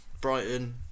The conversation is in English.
Brighton